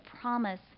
promise